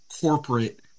corporate